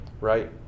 right